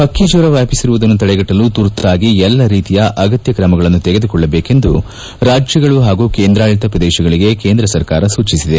ಪಕ್ಕಿ ಜ್ಞರ ವ್ಲಾಪಿಸಿರುವುದನ್ನು ತಡೆಗಟ್ಲಲು ತುರ್ತಾಗಿ ಎಲ್ಲ ರೀತಿಯ ಅಗತ್ತ ಕ್ರಮಗಳನ್ನು ತೆಗೆದುಕೊಳ್ಳಬೇಕೆಂದು ರಾಜ್ಗಳು ಹಾಗೂ ಕೇಂದ್ರಾಡಳಿತ ಪ್ರದೇಶಗಳಿಗೆ ಕೇಂದ್ರ ಸರ್ಕಾರ ಸೂಚಿಸಿದೆ